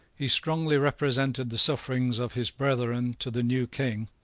he strongly represented the sufferings of his brethren to the new king,